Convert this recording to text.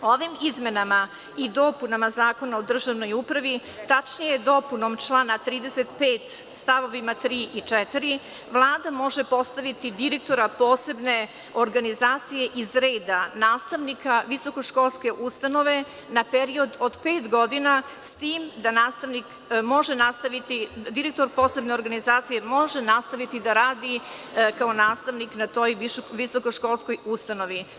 Ovim izmenama i dopunama Zakona o državnoj upravi, tačnije dopunom člana 35. st. 3. i 4, Vlada može postaviti direktora posebne organizacije iz reda nastavnika visokoškolske ustanove na period od pet godina, s tim da direktor posebne organizacije može nastaviti da radi kao nastavnik na toj visokoškolskoj ustanovi.